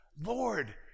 Lord